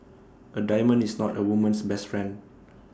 A diamond is not A woman's best friend